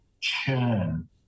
churn